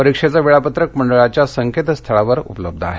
परीक्षेचं वेळापत्रक मंडळाच्या संकेतस्थळावर उपलब्ध आहे